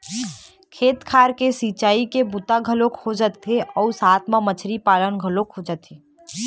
खेत खार के सिंचई के बूता घलोक हो जाथे अउ साथ म मछरी पालन घलोक हो जाथे